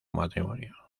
matrimonio